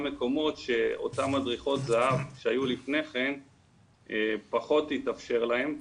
מקומות שאותן מדריכות זה"ב שהיו לפני כן פחות התאפשר להן,